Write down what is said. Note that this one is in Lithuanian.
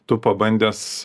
tu pabandęs